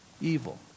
Evil